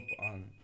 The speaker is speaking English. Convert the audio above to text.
on